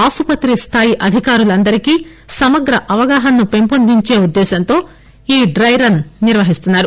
ఆసుపత్రి న్టాయి అధికారులందరికి సమగ్ర అవగాహనను పెంపొందించే ఉద్దేశంతో ఈ డైరస్ నిర్వహిస్తున్నారు